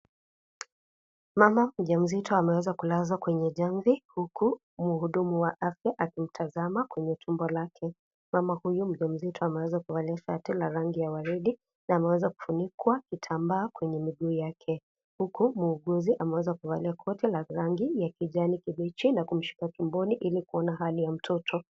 Mama mjamzito ameweza kulazwa chamvi huku mhudumu wa afya akitazama kwenye tumbo lake. Mama huyu mjamzito ameweza kuvalia shati la rangi ya waridi na ameweza kufunika kwenye kitambaa kwenye miguu yake huku muuguzi ameweza kuvalia koti la rangi ya kijani kibichi na kumshika tumboni ili kuona Hali ya mtoto.